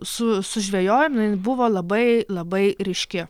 su sužvejojom jinai buvo labai labai ryški